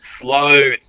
slow